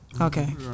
Okay